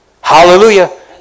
Hallelujah